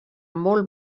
molt